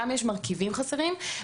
גם יש מרכיבים חסרים,